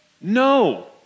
No